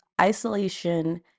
isolation